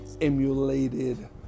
emulated